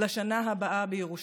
'לשנה הבאה בירושלים'".